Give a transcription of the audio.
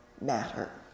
matter